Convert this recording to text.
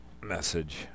message